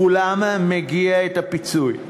לכולם מגיע הפיצוי.